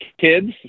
kids